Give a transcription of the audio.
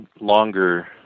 longer